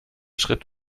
schritt